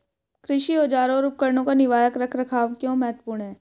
कृषि औजारों और उपकरणों का निवारक रख रखाव क्यों महत्वपूर्ण है?